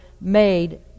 made